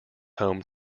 home